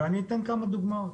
ואני אתן כמה דוגמאות.